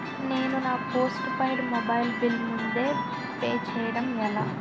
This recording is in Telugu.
నేను నా పోస్టుపైడ్ మొబైల్ బిల్ ముందే పే చేయడం ఎలా?